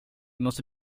måste